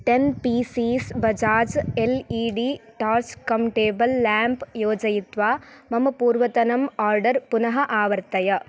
ten pieces Bajaj L E D torch cum table lamp योजयित्वा मम पूर्वतनम् आर्डर् पुनः आवर्तय